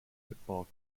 football